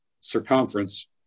circumference